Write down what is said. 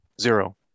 zero